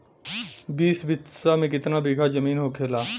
बीस बिस्सा में कितना बिघा जमीन होखेला?